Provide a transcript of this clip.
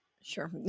Sure